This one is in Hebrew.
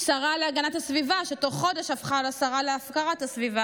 שרה להגנת הסביבה שתוך חודש הפכה לשרה להפקרת הסביבה,